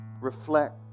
reflect